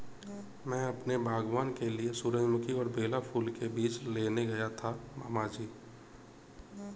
मैं अपने बागबान के लिए सूरजमुखी और बेला फूल के बीज लेने गया था मामा जी